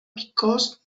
because